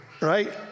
Right